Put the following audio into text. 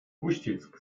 uścisk